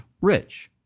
rich